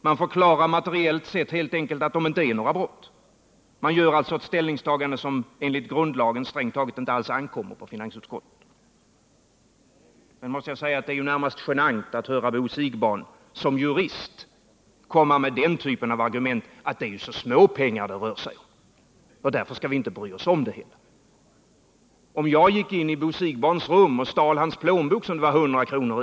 Man förklarar materiellt sett helt enkelt att det inte är några brott och gör sig alltså skyldig till ett ställningstagande som enligt grundlagen strängt taget inte alls ankommer på finansutskottet. Sedan måste jag säga att det är närmast genant att höra Bo Siegbahn som jurist komma med den typen av argument att det är så litet pengar det rör sig om, varför vi inte skall bry oss om det hela. Om jag gick ini Bo Siegbahns rum och stal hans plånbok, som det var 100 kr.